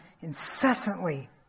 incessantly